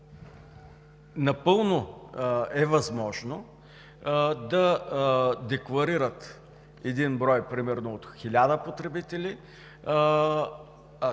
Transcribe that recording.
напълно е възможно да декларират един брой примерно от хиляда потребители…